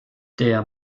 der